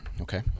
Okay